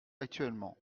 actuellement